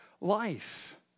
life